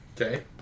Okay